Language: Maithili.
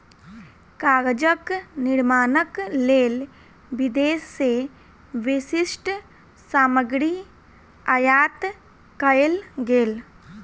कागजक निर्माणक लेल विदेश से विशिष्ठ सामग्री आयात कएल गेल